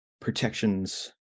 protections